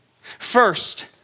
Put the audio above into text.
First